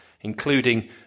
including